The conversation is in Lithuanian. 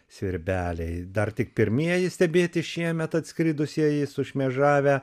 svirbeliai dar tik pirmieji stebėti šiemet atskridusieji sušmėžavę